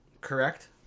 Correct